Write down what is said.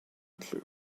clue